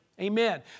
Amen